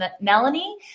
Melanie